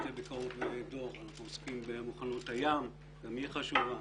אנחנו עוסקים במוכנות הים שגם היא חשובה.